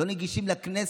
לא נגישים לכנסת,